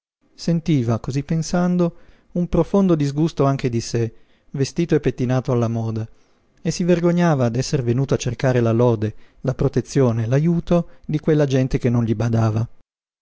sentiva cosí pensando un profondo disgusto anche di sé vestito e pettinato alla moda e si vergognava d'esser venuto a cercare la lode la protezione l'ajuto di quella gente che non gli badava